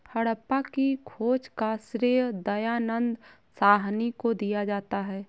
हड़प्पा की खोज का श्रेय दयानन्द साहनी को दिया जाता है